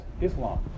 Islam